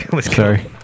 Sorry